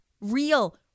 real